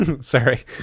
sorry